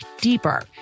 deeper